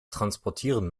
transportieren